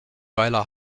weiler